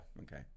Okay